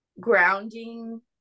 grounding